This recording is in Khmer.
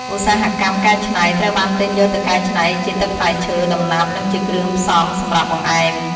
ឧស្សាហកម្មកែច្នៃ ត្រូវបានទិញយកទៅកែច្នៃជាទឹកផ្លែឈើ ដំណាប់ និងជាគ្រឿងផ្សំសម្រាប់បង្អែម។